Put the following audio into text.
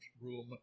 room